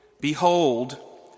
Behold